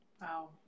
Wow